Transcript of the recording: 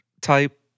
type